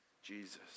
Jesus